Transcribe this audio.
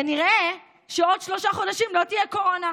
כנראה שבעוד שלושה חודשים לא תהיה קורונה.